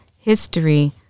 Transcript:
history